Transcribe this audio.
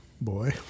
boy